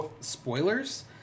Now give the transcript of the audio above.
spoilers